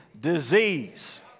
disease